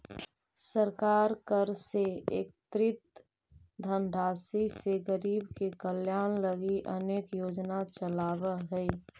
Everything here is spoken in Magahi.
सरकार कर से एकत्रित धनराशि से गरीब के कल्याण लगी अनेक योजना चलावऽ हई